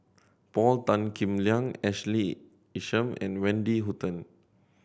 Paul Tan Kim Liang Ashley Isham and Wendy Hutton